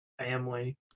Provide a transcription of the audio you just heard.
Family